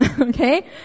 Okay